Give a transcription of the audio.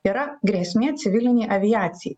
yra grėsmė civilinei aviacijai